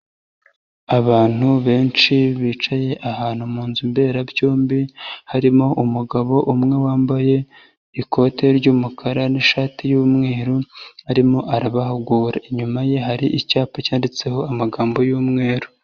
Abantu benshi bicaye ahantu mu nzu mberabyombi, harimo umugabo umwe wambaye ikote ry'umukara n'shati y'umweru arimo arabarabahugura, inyuma ye hari icyapa cyanditseho amagambo y'umweru.